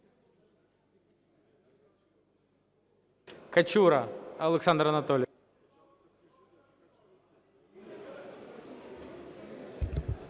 Качура Олександр Анатолійович.